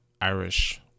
Irish